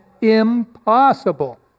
impossible